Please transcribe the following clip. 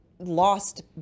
lost